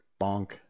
Bonk